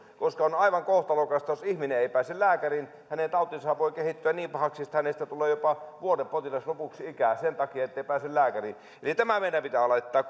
ulkopuolelle koska on aivan kohtalokasta jos ihminen ei pääse lääkäriin hänen tautinsahan voi kehittyä niin pahaksi että hänestä tulee jopa vuodepotilas lopuksi ikää sen takia ettei pääse lääkäriin eli tämä meidän pitää laittaa